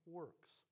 works